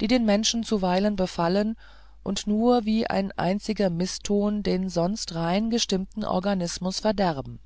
die den menschen zuweilen befalle und nur wie ein einziger mißton den sonst rein gestimmten organism verderbe